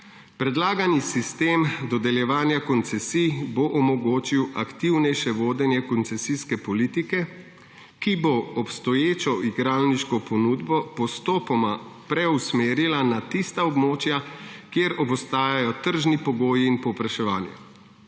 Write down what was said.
»Predlagani sistem dodeljevanja koncesij bo omogočil aktivnejše vodenje koncesijske politike, ki bo obstoječo igralniško ponudbo postopoma preusmerila na tista območja, kjer obstajajo tržni pogoji in povpraševanje.«